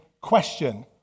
question